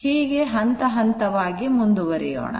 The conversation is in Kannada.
ಹೀಗೆ ಹಂತಹಂತವಾಗಿ ಮುಂದುವರೆಯೋಣ